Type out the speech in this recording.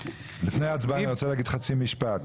לפני ההצבעה אני רוצה להגיד חצי משפט.